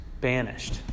banished